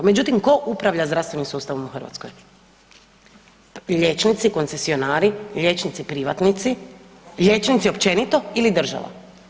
Međutim, ko upravlja zdravstvenim sustavom u Hrvatskoj, liječnici koncesionari, liječnici privatnici, liječnici općenito ili država?